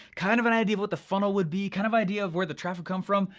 kind of an idea of what the funnel would be, kind of idea of where the traffic come from.